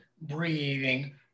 breathing